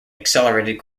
accelerated